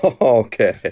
Okay